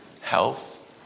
health